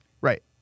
Right